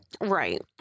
right